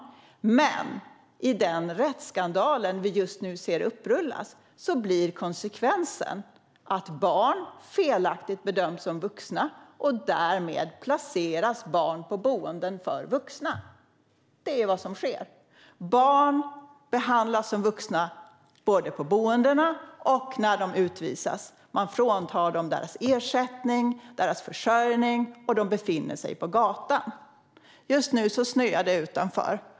Men i den rättsskandal vi just nu ser rullas upp blir konsekvensen att barn felaktigt bedöms som vuxna, och därmed placeras barn på boenden för vuxna. Det är vad som sker. Barn behandlas som vuxna både på boendena och när de utvisas. Man fråntar dem deras ersättning och deras försörjning, och de befinner sig på gatan. Just nu snöar det här utanför.